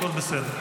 הכול בסדר.